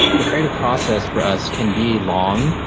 the creative process for us can be long,